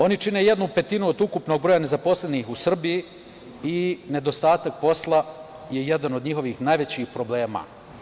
Oni čine jednu petinu od ukupnog broja nezaposlenih u Srbiji i nedostatak posla je jedan od njihovih najvećih problema.